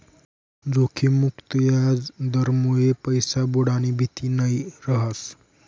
जोखिम मुक्त याजदरमुये पैसा बुडानी भीती नयी रहास